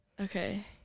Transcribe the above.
Okay